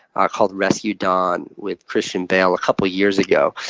ah called rescue dawn, with christian bale, a couple years ago.